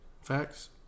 Facts